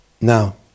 Now